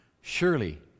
Surely